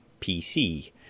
PC